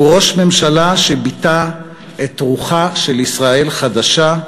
הוא ראש ממשלה שביטא את רוחה של ישראל חדשה,